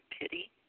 pity